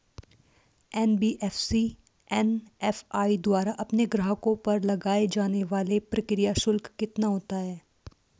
NBFC MFI द्वारा अपने ग्राहकों पर लगाए जाने वाला प्रक्रिया शुल्क कितना होता है?